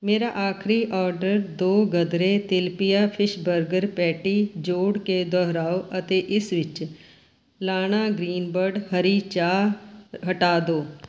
ਮੇਰਾ ਆਖਰੀ ਔਡਰ ਦੋ ਗਦਰੇ ਤਿਲਪੀਆ ਫਿਸ਼ ਬਰਗਰ ਪੈਟੀ ਜੋੜ ਕੇ ਦੁਹਰਾਓ ਅਤੇ ਇਸ ਵਿੱਚ ਲਾਨਾ ਗ੍ਰੀਨਬਰਡ ਹਰੀ ਚਾਹ ਹਟਾ ਦਿਉ